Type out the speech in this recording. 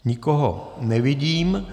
Nikoho nevidím.